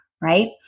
right